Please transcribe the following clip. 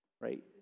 right